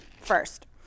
first